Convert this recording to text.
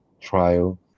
trial